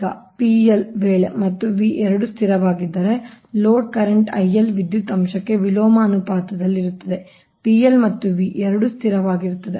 ಈಗ ವೇಳೆ ಮತ್ತು V ಎರಡೂ ಸ್ಥಿರವಾಗಿದ್ದರೆ ಲೋಡ್ ಕರೆಂಟ್ ವಿದ್ಯುತ್ ಅಂಶಕ್ಕೆ ವಿಲೋಮ ಅನುಪಾತದಲ್ಲಿರುತ್ತದೆ ಮತ್ತು V ಎರಡೂ ಸ್ಥಿರವಾಗಿರುತ್ತದೆ